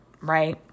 right